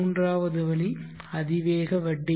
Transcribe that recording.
மூன்றாவது வழி அதிவேக வட்டி